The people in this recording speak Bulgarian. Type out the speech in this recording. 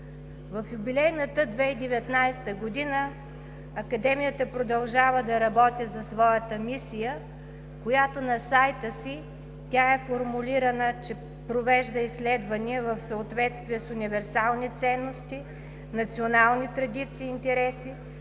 В юбилейната 2019 г. Академията продължава да работи за своята мисия, която на сайта си тя е формулирана, че провежда изследвания в съответствие с универсални ценности, национални традиции и интереси,